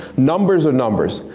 numbers are numbers.